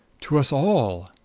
to us all.